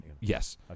Yes